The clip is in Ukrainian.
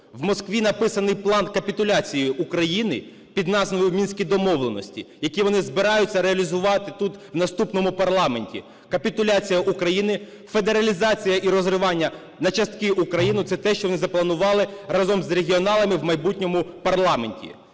в Москві написаний план капітуляції України під назвою "Мінські домовленості", який вони збираються реалізувати тут в наступному парламенті. Капітуляція України, федералізація і розривання на частки Україну – це те, що вони запланували разом з регіоналами в майбутньому парламенті.